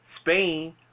Spain